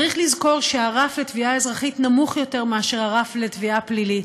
צריך לזכור שהרף לתביעה אזרחית נמוך יותר מאשר הרף לתביעה פלילית,